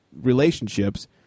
relationships